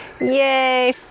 Yay